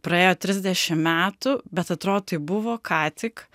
praėjo trisdešim metų bet atrodo tai buvo ką tik